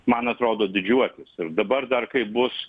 man atrodo didžiuotis ir dabar dar kaip bus